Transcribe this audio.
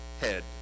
head